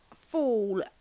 fall